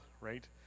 right